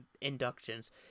inductions